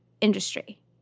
industry